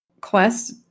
quest